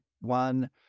one